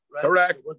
Correct